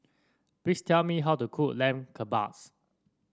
please tell me how to cook Lamb Kebabs